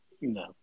No